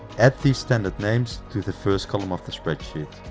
add these standard names to the first column of the spreadsheet.